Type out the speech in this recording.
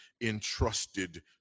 entrusted